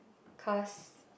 cause